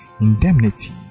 indemnity